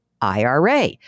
IRA